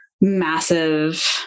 massive